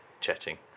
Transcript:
chatting